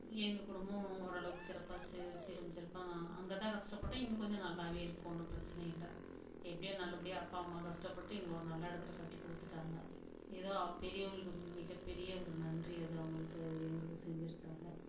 எங்கள் குடும்பம் ஓரளவுக்கு சிறப்பாக சீரும் சிறப்பாக அங்கே தான் கஷ்டப்பட்டோம் இங்கே கொஞ்சம் நல்லா இருக்கு ஒன்றும் பிரச்சனை இல்லை எப்படியும் நல்லபடியாக அப்பா அம்மா கஷ்டப்பட்டு எங்களை ஒரு நல்ல இடத்துல கட்டி கொடுத்துட்டாங்க ஏதோ பெரியவங்களுக்கு மிகப்பெரிய ஒரு நன்றி அது அவங்களுக்கு எங்களுக்கு செஞ்சுருக்கறாங்க